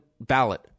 ballot